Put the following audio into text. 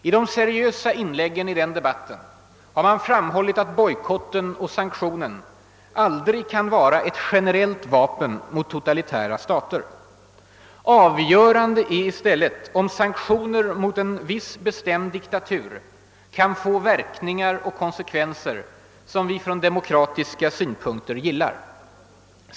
I de seriösa inläggen i den debatten har man framhållit att bojkotten och sanktionen aldrig kan vara ett generellt vapen mot totalitära stater. Avgörande är i stället om sanktioner mot en viss bestämd diktatur kan få verkningar och konsekvenser som vi från demokratiska synpunkter gillar.